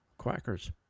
quackers